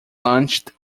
launched